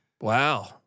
Wow